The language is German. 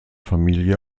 familie